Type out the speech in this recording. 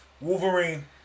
Wolverine